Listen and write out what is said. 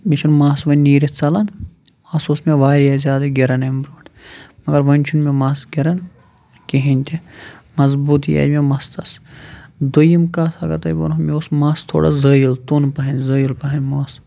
مےٚ چھُنہٕ مَس وۄنۍ نیٖرِتھ ژَلان مَس اوس مےٚ واریاہ زیادٕ گِرَان امہِ برونٛٹھ مگر وۄنۍ چھُنہٕ مےٚ مَس گِرَان کِہیٖنۍ تہِ مضبوٗطی آیہِ مےٚ مستَس دوٚیِم کَتھ اگر تۄہہِ بہٕ وَنہو مےٚ اوس مَس تھوڑا زٲیِل توٚن پَہن زٲیِل پَہن مس